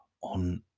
on